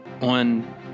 on